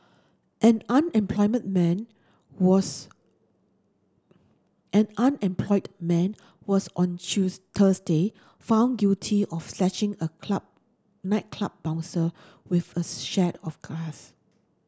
an unemployed man was an unemployed man was on Thursday found guilty of slashing a club nightclub bouncer with a shard of glass